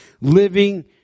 living